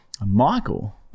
Michael